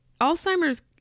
Alzheimer's